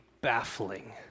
baffling